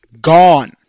gone